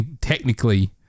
technically